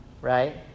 right